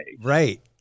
Right